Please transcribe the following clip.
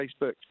Facebook